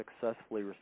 successfully